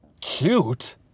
cute